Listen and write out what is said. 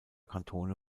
kantone